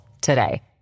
today